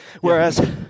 Whereas